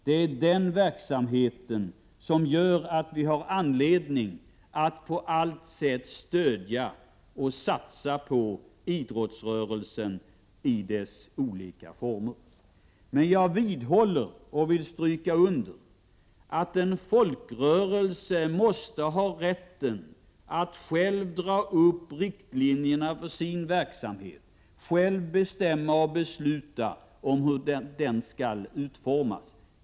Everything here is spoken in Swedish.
Det är den verksamheten som gör att vi har all anledning att på allt sätt stödja och satsa på idrottsrörelsen i dess olika former. Jag vidhåller och vill understryka att en folkrörelse måste ha rätten att själv dra upp riktlinjerna för sin verksamhet, själv bestämma och besluta om hur den skall utformas.